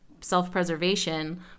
self-preservation